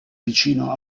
vicino